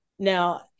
Now